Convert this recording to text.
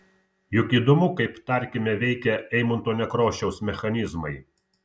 juk įdomu kaip tarkime veikia eimunto nekrošiaus mechanizmai